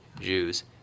Jews